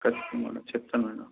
ఖచ్చితంగా మేడం చెప్తాను మేడం